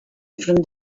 from